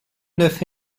neuf